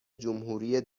جمهوری